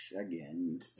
again